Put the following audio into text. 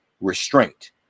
restraint